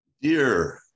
Dear